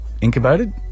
incubated